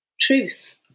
truth